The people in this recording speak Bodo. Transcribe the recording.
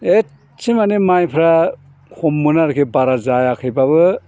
एसे मानि माइफ्रा खममोन आरोखि बारा जायाखैबाबो